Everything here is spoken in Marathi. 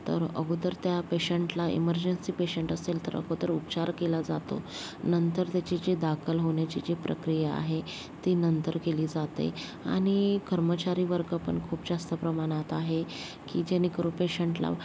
तर अगोदर त्या पेशंटला इमर्जन्सी पेशंट असेल तर अगोदर उपचार केला जातो नंतर त्याची जी दाखल होण्याची जी प्रक्रिया आहे ती नंतर केली जाते आणि कर्मचारी वर्ग पण खूप जास्त प्रमाणात आहे की जेणेकरून पेशंटला